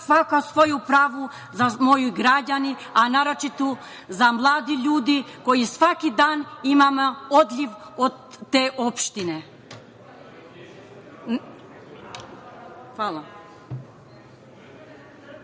svako svoje pravo za moje građane, a naročito za mlade ljude kojih svaki dan imamo odliv iz te opštine. Hvala.